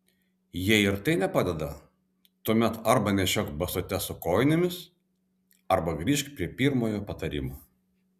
jei ir tai nepadeda tuomet arba nešiok basutes su kojinėmis arba grįžk prie pirmojo patarimo